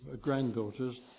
granddaughters